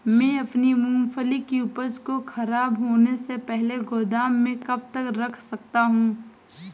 मैं अपनी मूँगफली की उपज को ख़राब होने से पहले गोदाम में कब तक रख सकता हूँ?